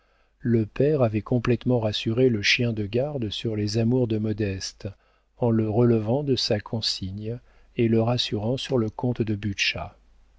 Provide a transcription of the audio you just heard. le père avait complétement rassuré le chien de garde sur les amours de modeste en le relevant de sa consigne et le rassurant sur le compte de